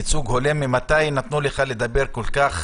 ייצוג הולם רק תגיד מתי נתנו לך לדבר כל כך